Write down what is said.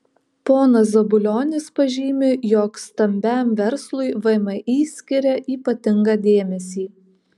ponas zabulionis pažymi jog stambiam verslui vmi skiria ypatingą dėmesį